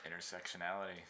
Intersectionality